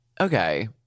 Okay